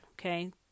okay